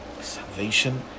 Salvation